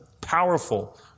powerful